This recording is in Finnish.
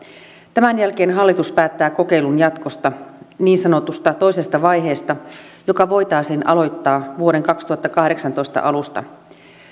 tämän jälkeen hallitus päättää kokeilun jatkosta niin sanotusta toisesta vaiheesta joka voitaisiin aloittaa vuoden kaksituhattakahdeksantoista alusta